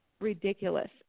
ridiculous